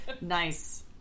Nice